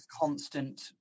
constant